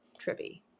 Trippy